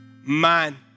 man